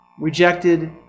rejected